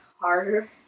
harder